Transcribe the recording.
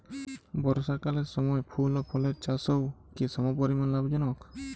বর্ষাকালের সময় ফুল ও ফলের চাষও কি সমপরিমাণ লাভজনক?